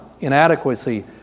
Inadequacy